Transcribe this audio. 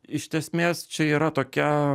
iš esmės čia yra tokia